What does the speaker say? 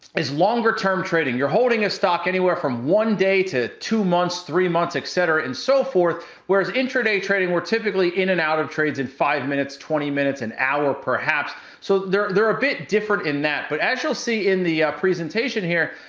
is longer term trading. you're holding a stock anywhere from one day to two months, three months, et cetera, and so forth. whereas intraday trading, we're typically in and out of trades in five minutes, twenty minutes, an hour, perhaps. so they're they're a bit different in that. but, as you'll see in the presentation here,